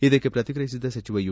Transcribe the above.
ಇದಕ್ಕೆ ಪ್ರತಿಕ್ರಿಯಿಸಿದ ಸಚಿವ ಯು